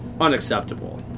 unacceptable